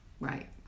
Right